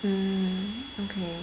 mm okay